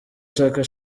chaka